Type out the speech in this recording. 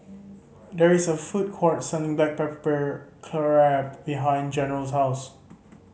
there is a food court selling black pepper crab behind General's house